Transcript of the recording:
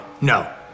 No